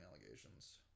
allegations